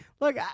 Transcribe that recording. Look